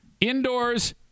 indoors